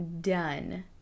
done